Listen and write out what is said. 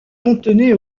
contenait